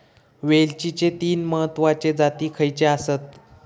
वेलचीचे तीन महत्वाचे जाती खयचे आसत?